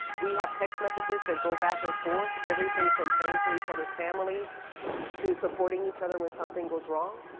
we have text messages that go back and forth, everything from praying for each other's families to supporting each other when something goes wrong.